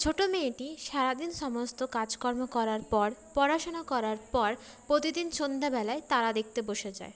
ছোটো মেয়েটি সারাদিন সমস্ত কাজকর্ম করার পর পড়াশুনা করার পর প্রতিদিন সন্ধ্যাবেলায় তারা দেখতে বসে যায়